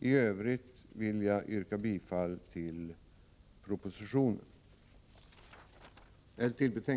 I övrigt vill jag yrka bifall till utskottets hemställan.